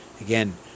Again